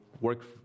work